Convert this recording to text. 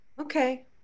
Okay